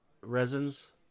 resins